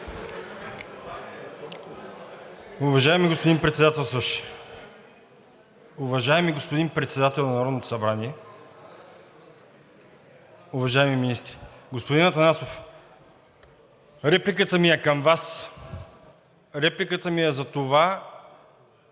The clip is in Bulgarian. Уважаеми господин Председателстващ, уважаеми господин Председател на Народното събрание, уважаеми министри! Господин Атанасов, репликата ми е към Вас. Репликата ми е за това,